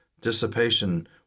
dissipation